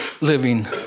living